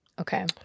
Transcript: Okay